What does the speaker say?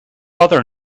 other